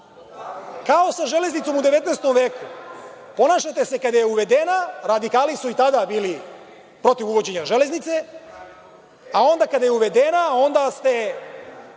Kao sa železnicom u 19. veku ponašate se kada je uvedena. Radikali su i tada bili protiv uvođenja železnice, a onda kada je uvedena, onda ste